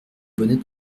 bonnet